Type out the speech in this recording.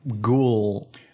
Ghoul